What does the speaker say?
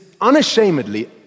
unashamedly